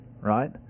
right